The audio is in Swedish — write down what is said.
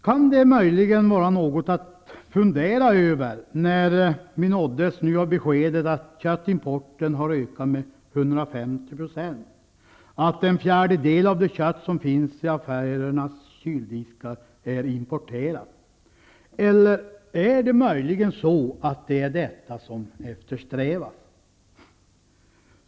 Är det möjligen något att fundera över nu när vi nåtts av beskedet att köttimporten har ökat med 150 % och att en fjärdedel av det kött som finns i affärernas kyldiskar är importerat? Eller är det möjligen så, att det är detta som eftersträvas?